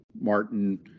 Martin